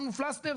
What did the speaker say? שמנו פלסטר,